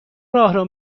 راهرو